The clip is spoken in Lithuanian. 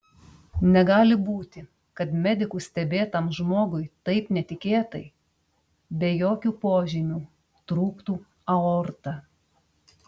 negali būti kad medikų stebėtam žmogui taip netikėtai be jokių požymių trūktų aorta